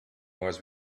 was